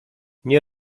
nie